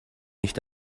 nicht